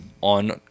on